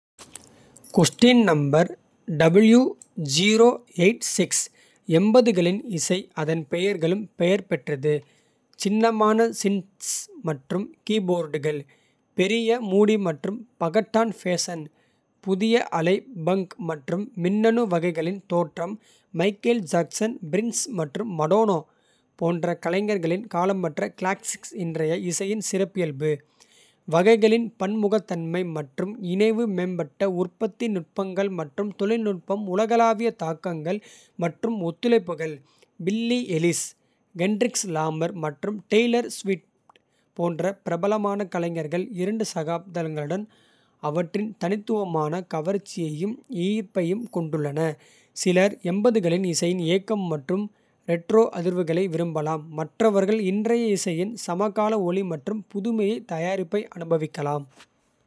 களின் இசை அதன் பெயர்களுக்கு பெயர் பெற்றது. சின்னமான சின்த்ஸ் மற்றும் கீபோர்டுகள். பெரிய முடி மற்றும் பகட்டான ஃபேஷன் புதிய அலை. பங்க் மற்றும் மின்னணு வகைகளின் தோற்றம். மைக்கேல் ஜாக்சன் பிரின்ஸ் மற்றும் மடோனா போன்ற. கலைஞர்களின் காலமற்ற கிளாசிக்ஸ் இன்றைய. இசையின் சிறப்பியல்பு வகைகளின் பன்முகத்தன்மை. மற்றும் இணைவு மேம்பட்ட உற்பத்தி நுட்பங்கள் மற்றும். தொழில்நுட்பம் உலகளாவிய தாக்கங்கள் மற்றும் ஒத்துழைப்புகள். பில்லி எலிஷ் கென்ட்ரிக் லாமர் மற்றும் டெய்லர் ஸ்விஃப்ட். போன்ற பிரபலமான கலைஞர்கள் இரண்டு சகாப்தங்களும். அவற்றின் தனித்துவமான கவர்ச்சியையும் ஈர்ப்பையும். கொண்டுள்ளன! சிலர் 80களின் இசையின் ஏக்கம் மற்றும். ரெட்ரோ அதிர்வுகளை விரும்பலாம் மற்றவர்கள் இன்றைய. இசையின் சமகால ஒலி மற்றும் புதுமையான தயாரிப்பை அனுபவிக்கலாம்.